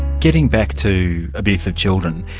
getting back to abuse of children,